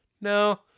No